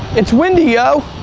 it's windy, yo.